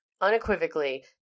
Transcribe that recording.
unequivocally